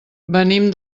venim